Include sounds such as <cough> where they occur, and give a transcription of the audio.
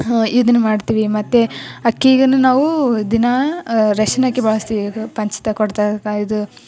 ಹಾಂ ಇದ್ನ ಮಾಡ್ತೀವಿ ಮತ್ತು ಅಕ್ಕಿಗೂ ನಾವು ದಿನಾ ರೇಷನ್ ಅಕ್ಕಿ ಬಳಸ್ತೀವಿ ಪಂಚ <unintelligible> ಇದು